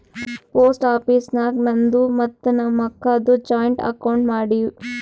post office ನಾಗ್ ನಂದು ಮತ್ತ ನಮ್ ಅಕ್ಕಾದು ಜಾಯಿಂಟ್ ಅಕೌಂಟ್ ಮಾಡಿವ್